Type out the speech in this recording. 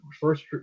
first